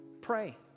Pray